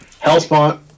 Hellspawn